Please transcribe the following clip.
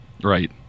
Right